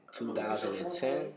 2010